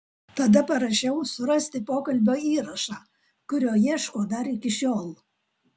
tada parašiau surasti pokalbio įrašą kurio ieško dar iki šiol